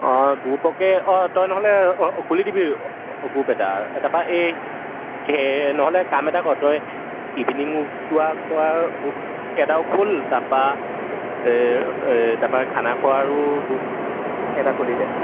অঁ গ্ৰুপকে অঁ তই নহ'লে খুলি দিবি গ্ৰুপ এটা তাৰপৰা এই সেই নহ'লে কাম এটা কৰ তই ইভিনিং ৱাক কৰা গ্ৰুপ এটাও খোল তাৰপৰা তাৰপৰা খানা খোৱাৰো গ্ৰুপ এটা খুলি দে